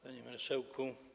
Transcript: Panie Marszałku!